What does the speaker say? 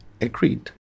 agreed